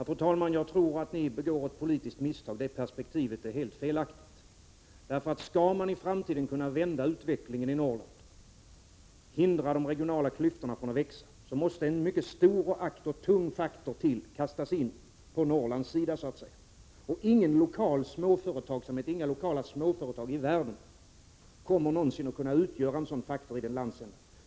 Fru talman! Jag tror ni i centern här begår ett politiskt misstag — det perspektivet är helt felaktigt. Skall man i framtiden kunna vända utvecklingen i Norrland och hindra de regionala klyftorna från att växa måste en mycket stor och tung faktor kastas in på Norrlands sida. Inga lokala småföretag i världen kommer någonsin att kunna utgöra en sådan faktor i den landsänden.